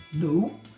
no